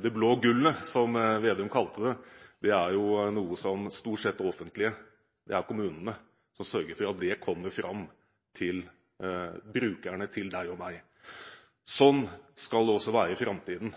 «Det blå gullet», som Vedum kalte det, er det jo stort sett det offentlige, kommunene, som sørger for at kommer fram til brukerne, til deg og meg. Slik skal det også være i framtiden,